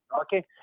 Okay